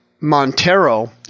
Montero